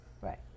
Right